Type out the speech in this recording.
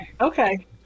Okay